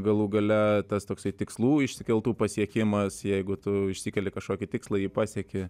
galų gale tas toksai tikslų išsikeltų pasiekimas jeigu tu išsikeli kažkokį tikslą jį pasieki